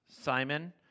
Simon